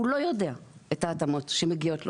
הוא לא יודע את ההתאמות שמגיעות לו,